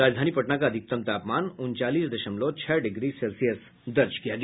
राजधानी पटना का अधिकतम आपमान उनचालीस दशमलव छह डिग्री सेल्सियस दर्ज किया गया